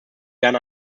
gern